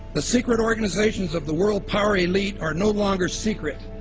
the secret organizations of the world power elite are no longer secret.